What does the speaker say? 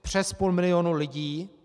Přes půl milionu lidí!